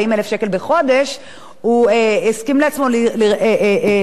הוא הסכים לרכוש את שירותיו של עורך-דין